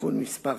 (תיקון מס'